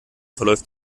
verläuft